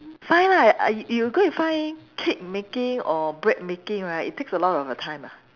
find lah y~ you go and find cake making or bread making right it takes a lot of your time ah